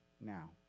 now